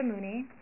Mooney